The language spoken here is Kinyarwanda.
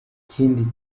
ikindi